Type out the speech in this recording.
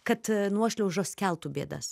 kad nuošliaužos keltų bėdas